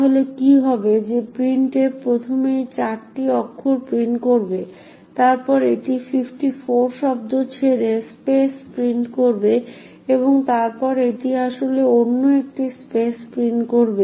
তাহলে কি হবে যে printf প্রথমে এই চারটি অক্ষর প্রিন্ট করবে তারপর এটি 54 শব্দ ছেড়ে স্পেস প্রিন্ট করবে এবং তারপর এটি আসলে অন্য একটি স্পেস প্রিন্ট করবে